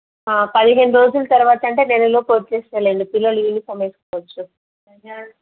పదిహేను రోజులు తర్వాత అంటే నెలలోపు వచ్చేస్తాయ లెండి పిల్లలు యూనిఫార్మ్ వేసుకోవచ్చు